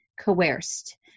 coerced